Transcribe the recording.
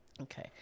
okay